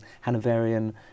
Hanoverian